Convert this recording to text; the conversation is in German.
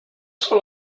soll